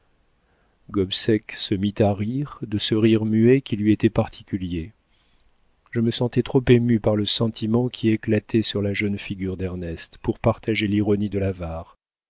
prie gobseck se mit à rire de ce rire muet qui lui était particulier je me sentais trop ému par le sentiment qui éclatait sur la jeune figure d'ernest pour partager l'ironie de l'avare